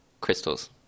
crystals